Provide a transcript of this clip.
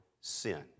sin